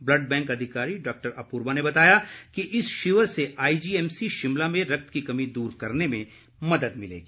blood bank अधिकारी doctor Apurva ने बताया कि इस शिविर से आईजीएमसी शिमला में रक्त की कमी दूर करने में मदद मिलेगी